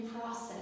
process